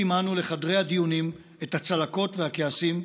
עימנו לחדרי הדיונים את הצלקות והכעסים,